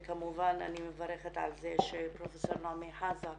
וכמובן, אני מברכת על זה שפרופסור נעמי חזן,